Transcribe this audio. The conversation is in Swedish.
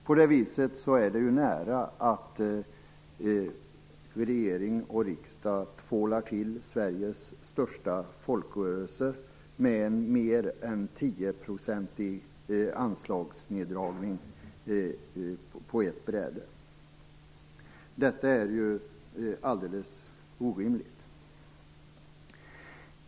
På det viset är det ju nära att regering och riksdag nu tvålar till Sveriges största folkrörelse med en mer än 10-procentig anslagsneddragning på ett bräde. Detta är ju alldeles orimligt.